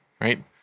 right